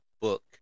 book